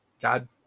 God